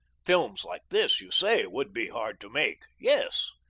films like this, you say, would be hard to make. yes.